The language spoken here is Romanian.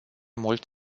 mult